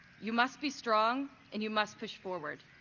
you must be strong, and you must push forward.